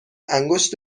انگشت